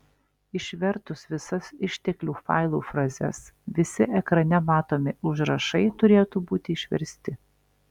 išvertus visas išteklių failų frazes visi ekrane matomi užrašai turėtų būti išversti